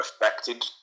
affected